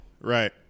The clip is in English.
Right